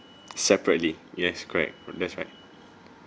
separately yes correct that's right